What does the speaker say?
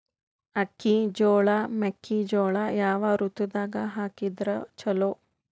ಅಕ್ಕಿ, ಜೊಳ, ಮೆಕ್ಕಿಜೋಳ ಯಾವ ಋತುದಾಗ ಹಾಕಿದರ ಚಲೋ?